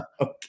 Okay